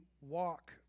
walk